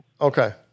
Okay